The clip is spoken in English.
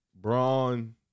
Braun